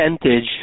percentage